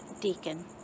deacon